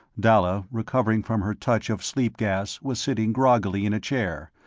dalla, recovering from her touch of sleep-gas, was sitting groggily in a chair,